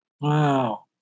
Wow